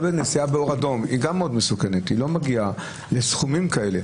באור אדום שהיא גם מאוד מסוכנת והיא לא מגיעה לסכומים כאלה.